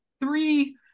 three